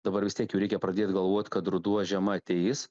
dabar vis tiek jau reikia pradėt galvot kad ruduo žiema ateis